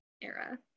era